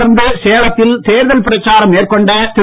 தொடர்ந்து சேலத்தில் தேர்தல் பிரச்சாரம் மேற்கொண்ட திரு